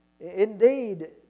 Indeed